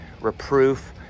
reproof